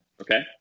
Okay